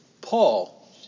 Paul